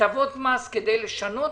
הטבות מס, כדי לשנות,